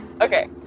Okay